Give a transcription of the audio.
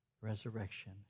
Resurrection